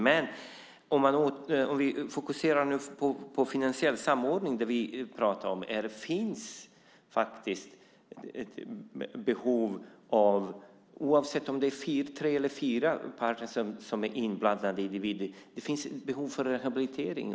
Men låt oss fokusera på finansiell samordning. Oavsett om det är tre eller fyra parter som är inblandade finns det ett behov av rehabilitering.